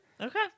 Okay